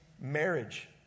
marriage